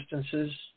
distances